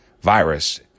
Virus